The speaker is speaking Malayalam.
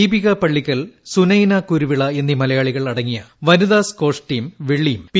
ദീപിക പള്ളിക്കൽ സുനൈന കുരുവിള എന്നീ മലയാളികൾ അടങ്ങിയ വനിതാ സ്കാഷ് ടീം വെള്ളിയും പി